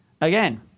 Again